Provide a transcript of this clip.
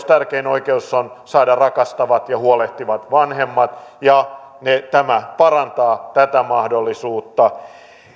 tärkein oikeus on saada rakastavat ja huolehtivat vanhemmat ja tämä parantaa tätä mahdollisuutta